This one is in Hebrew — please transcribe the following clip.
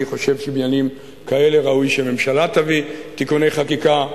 אני חושב שבעניינים כאלה ראוי שממשלה תביא תיקוני חקיקה,